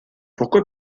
pourquoi